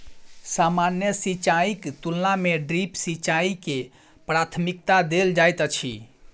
सामान्य सिंचाईक तुलना मे ड्रिप सिंचाई के प्राथमिकता देल जाइत अछि